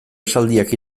esaldiak